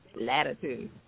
latitude